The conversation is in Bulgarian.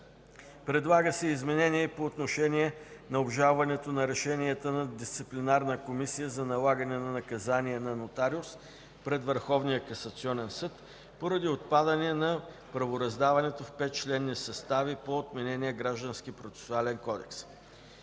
Предлага се и изменение по отношение на обжалването на решенията на дисциплинарна комисия за налагане на наказание на нотариус пред Върховния касационен съд поради отпадане на правораздаването в 5-членни състави по отменения Граждански процесуален кодекс.